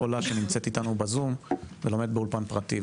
עולה שנמצאת איתנו בזום ולומדת באולפן פרטי.